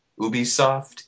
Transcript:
Ubisoft